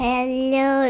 Hello